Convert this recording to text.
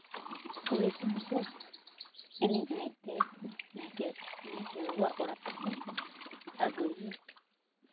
ᱠᱩᱲᱤ ᱠᱚᱦᱚᱸ ᱠᱚ ᱮᱱᱮᱡ ᱮᱱᱮᱡ ᱛᱮ ᱱᱟᱭᱠᱮ ᱱᱟᱭᱠᱮ ᱵᱟᱵᱟᱣᱟᱜ ᱚᱲᱟᱜ ᱛᱮᱠᱚ ᱟᱹᱜᱩᱭᱮᱭᱟ